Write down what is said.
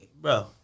bro